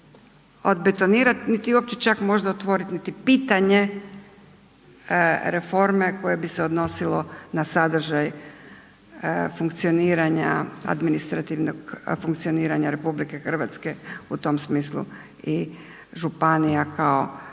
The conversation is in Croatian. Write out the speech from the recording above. odbetonirat niti uopće čak možda otvorit niti pitanje reforme koje bi se odnosilo na sadržaj administrativnog funkcioniranja RH u tom smislu i županija kao međuvlasti